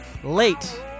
Late